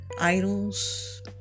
idols